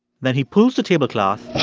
then he pulls the tablecloth